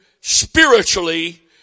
spiritually